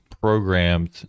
programmed